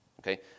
Okay